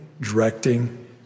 directing